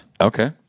Okay